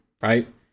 right